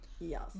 Yes